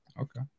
Okay